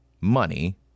money